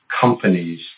companies